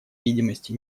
видимости